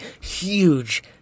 huge